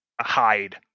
Hide